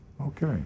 okay